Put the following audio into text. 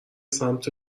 سمت